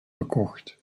verkocht